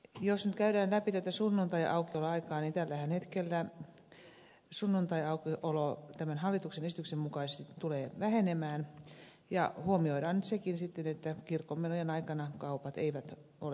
jos nyt käydään läpi tätä sunnuntaiaukioloaikaa niin tällä hetkellähän sunnuntaiaukiolo tämän hallituksen esityksen mukaisesti tulee vähenemään ja huomioidaan nyt sekin sitten että kirkonmenojen aikana kaupat eivät ole auki